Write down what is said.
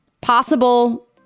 possible